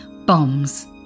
Bombs